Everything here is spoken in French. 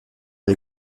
des